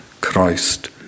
Christ